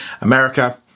America